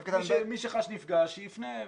מי שחש נפגע, שיפנה.